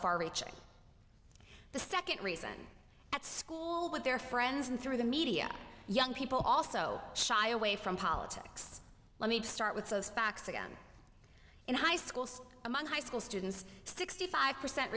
far reaching the second reason at school with their friends and through the media young people also shy away from politics let me start with those facts again in high schools among high school students sixty five percent